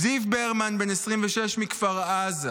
זיו ברמן, בן 26, מכפר עזה,